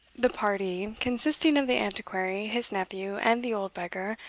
the party, consisting of the antiquary, his nephew, and the old beggar,